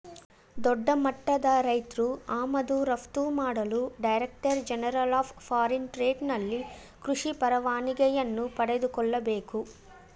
ದೊಡ್ಡಮಟ್ಟದ ರೈತ್ರು ಆಮದು ರಫ್ತು ಮಾಡಲು director general of foreign trade ನಲ್ಲಿ ಕೃಷಿ ಪರವಾನಿಗೆಯನ್ನು ಪಡೆದುಕೊಳ್ಳಬೇಕು